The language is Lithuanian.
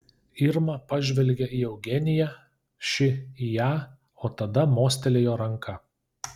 irma pažvelgė į eugeniją ši į ją o tada mostelėjo ranka